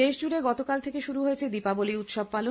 দেশজুড়ে গতকাল থেকে শুরু হয়েছে দীপাবলী উৎসব পালন